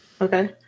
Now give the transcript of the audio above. Okay